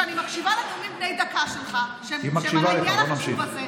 שאני מקשיבה לנאומים בני דקה שלך שהם על עניין הדיור הזה,